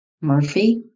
Murphy